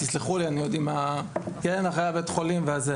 תסלחו לי יצאנו מבית חולים אתמול,